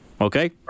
Okay